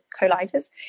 colitis